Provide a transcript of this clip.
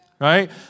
right